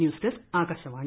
news desk Akashvani